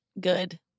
good